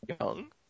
Young